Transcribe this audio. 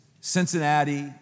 Cincinnati